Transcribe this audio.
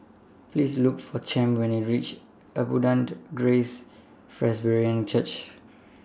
Please Look For Champ when YOU REACH Abundant Grace Presbyterian Church